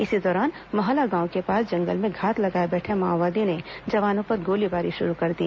इसी दौरान महला गांव के पास जंगल में घात लगाए बैठे माओवादियों ने जवानों पर गोलीबारी शुरू कर दी